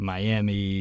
Miami